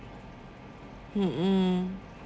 mm mm